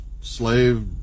slave